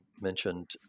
mentioned